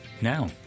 Now